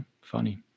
funny